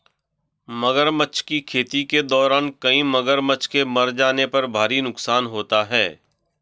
मगरमच्छ की खेती के दौरान कई मगरमच्छ के मर जाने पर भारी नुकसान होता है